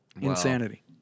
Insanity